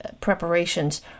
preparations